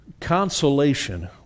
Consolation